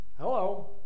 Hello